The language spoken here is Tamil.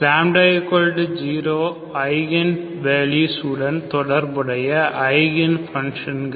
λ 0 ஐகன் வேல்யூஸ் உடன் தொடர்புடைய ஐகன் ஃபங்ஷன்கள்